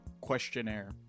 Questionnaire